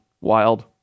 wild